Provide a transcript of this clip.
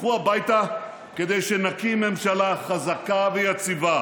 לכו הביתה כדי שנקים ממשלה חזקה ויציבה,